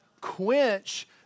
quench